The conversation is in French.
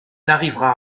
n’arrivera